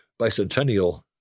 bicentennial